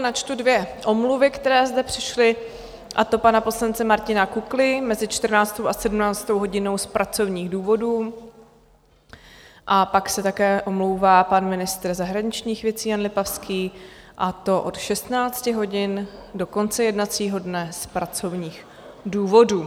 Načtu dvě omluvy, které zde přišly, a to pana poslance Martina Kukly mezi 14. a 17. hodinou z pracovních důvodů a pak se také omlouvá pan ministr zahraničních věcí Jan Lipavský, a to od 16 hodin do konce jednacího dne z pracovních důvodů.